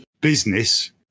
business